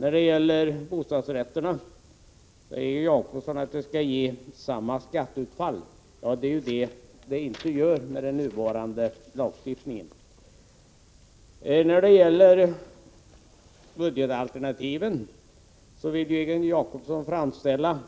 När det gäller bostadsrätterna säger Egon Jacobsson att skatteutfallet skall bli detsamma, men det är det som det inte blir med den nuvarande lagstiftningen. Egon Jacobsson vill framställa